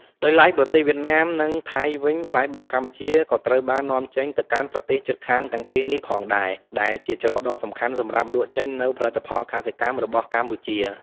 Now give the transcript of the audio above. ដោយឡែក ប្រទេសវៀតណាម និងថៃវិញ ផ្លែបឺរកម្ពុជាក៏ត្រូវបាននាំចេញទៅកាន់ប្រទេសជិតខាងទាំងពីរនេះផងដែរ ដែលជាច្រកដ៏សំខាន់សម្រាប់លក់ចេញនូវផលិតផលកសិកម្មរបស់កម្ពុជា។